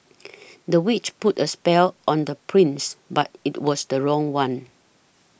the witch put a spell on the prince but it was the wrong one